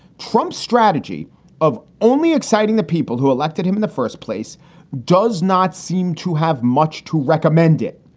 trump strategy of only exciting the people who elected him in the first place does not seem to have much to recommend it.